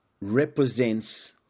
represents